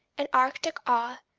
an arctic awe,